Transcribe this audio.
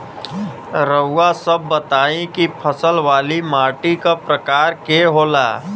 रउआ सब बताई कि फसल वाली माटी क प्रकार के होला?